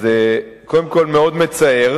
אז זה קודם כול מאוד מצער.